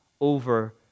over